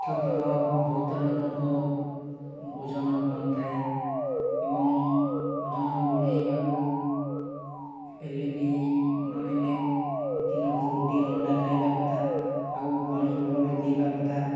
ମୁଖ୍ୟତଃ ବହୁତ ଲୋକଙ୍କ ଓଜନ କମ୍ ଥାଏ ଏବଂ ଓଜନ ବଡ଼େଇବାକୁ ହେଲେ ବି ନ ହେଲେ ଦିନକୁ ଗୋଟିଏ ଅଣ୍ଡା ଖାଇବା କଥା ଆଉ ପାଣି ଭଲରେ ପିଇବା କଥା